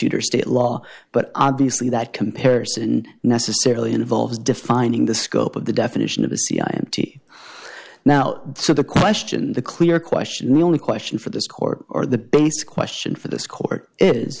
e or state law but obviously that comparison necessarily involves defining the scope of the definition of a cia empty now so the question the clear question and the only question for this court or the basic question for this court is